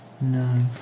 No